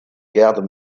gardes